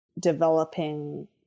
developing